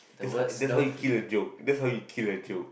that's how that's how you kill a joke that's how you kill a joke